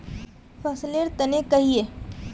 फसल लेर तने कहिए?